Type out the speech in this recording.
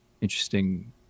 interesting